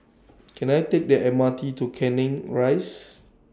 Can I Take The M R T to Canning Rise